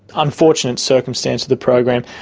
unfortunate circumstance of the program,